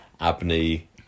Abney